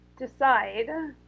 Decide